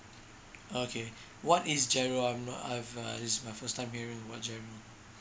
okay what is G_I_R_O I'm not I've uh this is my first time hearing about G_I_R_O